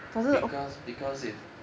because because it